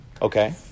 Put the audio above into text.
Okay